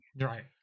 Right